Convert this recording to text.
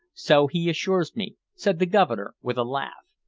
so he assures me, said the governor, with a laugh.